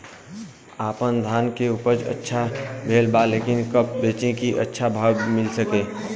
आपनधान के उपज अच्छा भेल बा लेकिन कब बेची कि अच्छा भाव मिल सके?